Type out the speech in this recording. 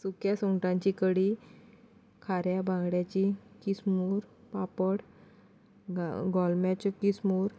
सुके सुंगटांची कडी खऱ्या बांगड्याची किस्मूर पापड गा गोलम्याचें किस्मूर